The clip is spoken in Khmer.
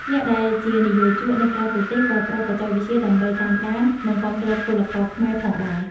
អ្នកដែលជានិយោជកនៅក្រៅប្រទេសក៏ប្រើបច្ចេកវិទ្យាដើម្បីតាមដាន និងគាំទ្រពលករខ្មែរផងដែរ។